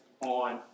on